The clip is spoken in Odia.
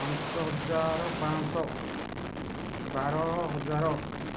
ପାଞ୍ଚ ହଜାର ପାଞ୍ଚ ଶହ ବାର ହଜାର